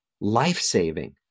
life-saving